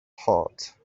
heart